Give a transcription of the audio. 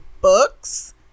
books